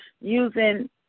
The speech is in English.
using